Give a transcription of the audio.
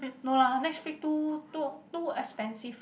no lah Netflix too too too expensive